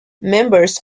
members